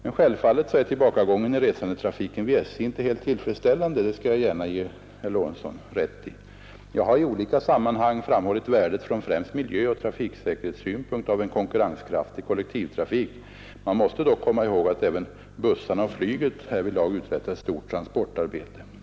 Men självfallet är tillbakagången i resandefrekvensen vid SJ inte helt tillfredsställande. Det skall jag gärna ge herr Lorentzon rätt i. Jag har i olika sammanhang framhållit värdet av en konkurrenskraftig kollektivtrafik — främst från miljöoch trafiksäkerhetssynpunkt. Man måste dock komma ihåg, att både bussarna och flyget härvidlag uträttar ett stort transportarbete.